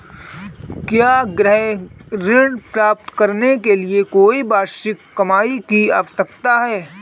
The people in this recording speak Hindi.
क्या गृह ऋण प्राप्त करने के लिए कोई वार्षिक कमाई की आवश्यकता है?